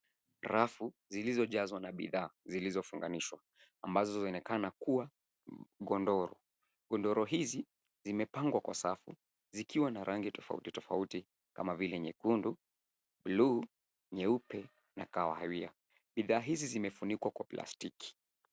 Rafu zilizojazwa na bidhaa zilizofunganishwa ambazo zinaonekana kuwa godoro. Godoro hizi zimepangwa kwa safu zikiwa na rangi tofauti tofauti kama vile nyekundu, bluu, nyeupe na kahawia. Bidhaa hizi zimefunikwa kwa plastiki.